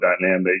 dynamic